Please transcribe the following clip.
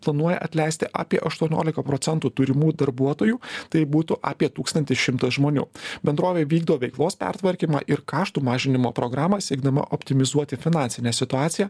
planuoja atleisti apie aštuoniolika procentų turimų darbuotojų tai būtų apie tūkstantį šimtą žmonių bendrovė vykdo veiklos pertvarkymą ir kaštų mažinimo programą siekdama optimizuoti finansinę situaciją